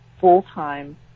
full-time